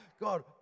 God